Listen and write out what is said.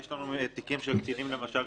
יש לנו תיקים של קטינים למשל,